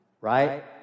right